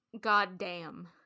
Goddamn